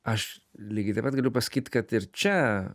aš lygiai taip pat galiu pasakyt kad ir čia